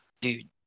Dude